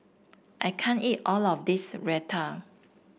I can't eat all of this Raita